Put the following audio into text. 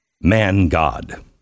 Man-God